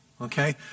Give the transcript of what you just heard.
Okay